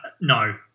No